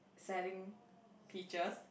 selling peaches